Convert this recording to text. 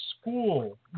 school